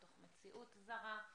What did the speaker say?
בתוך מציאות זרה.